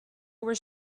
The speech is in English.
were